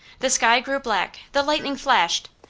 the sky grew black, the lightning flashed,